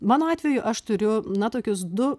mano atveju aš turiu na tokius du